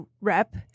rep